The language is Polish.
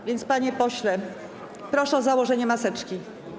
A więc, panie pośle, proszę o założenie maseczki.